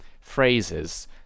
phrases